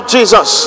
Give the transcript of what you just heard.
Jesus